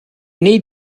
need